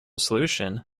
solution